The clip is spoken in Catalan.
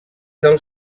del